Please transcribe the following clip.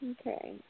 Okay